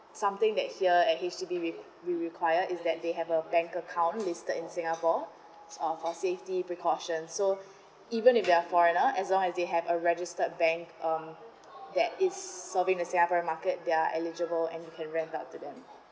something at here and H_D_B we we require is that they have a bank account listed in singapore uh for safety precautions so even if they are forerigner as long as they have a registered bank um that is serving the singaporean market they're eligibled and you can rent out to them